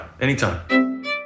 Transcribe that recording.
Anytime